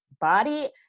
body